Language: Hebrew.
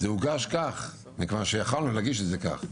אנחנו כאן למען מטרה מאוד חשובה.